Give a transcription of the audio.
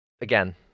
again